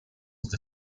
the